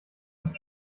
nicht